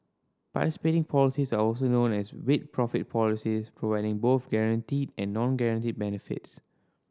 participating policies are also known as 'with profits' policies providing both guaranteed and non guaranteed benefits